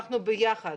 אנחנו ביחד.